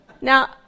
Now